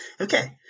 Okay